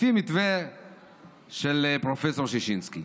לפי המתווה של פרופ' ששינסקי.